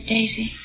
Daisy